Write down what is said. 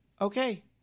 Okay